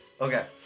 Okay